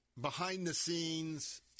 behind-the-scenes